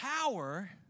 power